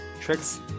tricks